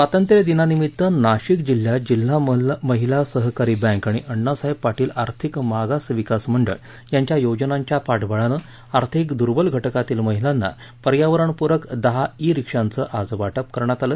स्वातंत्र्यदिनानिमित्त नाशिक जिल्ह्यात जिल्हा महिला सहकारी बँक आणि अण्णासाहेब पाटील आर्थिक मागास विकास मंडळ यांच्या योजनांच्या पाठबळानं आर्थिक दुर्बल घटकांतील महिलांना पर्यावरणपूरक दहा ई रिक्षांचं आज वाटप करण्यात आलं